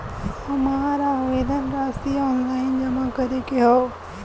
हमार आवेदन राशि ऑनलाइन जमा करे के हौ?